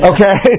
Okay